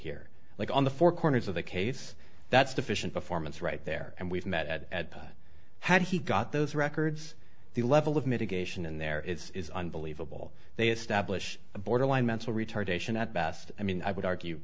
here like on the four corners of the case that's deficient performance right there and we've met at that had he got those records the level of mitigation in there it's unbelievable they establish a borderline mental retardation at best i mean i would argue